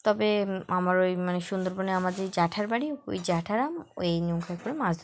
তবে আমার ওই মানে সুন্দরবনে আমার যে জ্যাঠার বাড়ি ওই জ্যাঠারা ওই ওরম করে মাছ ধরতে যেত